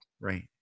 right